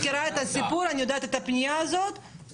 שהם הגיעו מקהלים רחבים יותר והגיעו אנשים שהמוטיבציה והבשלות